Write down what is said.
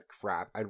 crap